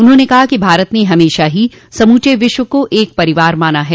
उन्होंने कहा कि भारत ने हमेशा ही समूचे विश्व को एक परिवार माना है